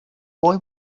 boy